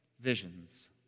visions